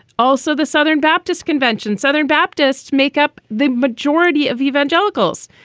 also, the southern baptist convention. southern baptists make up the majority of evangelicals,